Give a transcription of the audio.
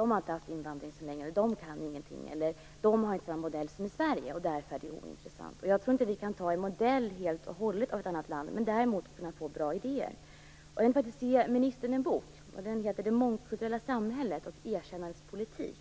De har inte haft invandring så länge, de kan ingenting, de har inte samma modell som i Sverige och därför är det ointressant. Jag tror inte att vi helt och hållet kan ta efter en modell från ett annat land, men däremot kan vi få bra idéer. Jag vill faktiskt ge ministern en bok. Den heter Det mångkulturella samhället och erkännandets politik.